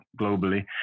globally